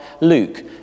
Luke